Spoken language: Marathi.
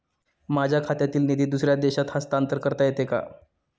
माझ्या खात्यातील निधी दुसऱ्या देशात हस्तांतर करता येते का?